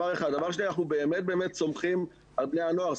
אנחנו באמת סומכים על בני הנוער.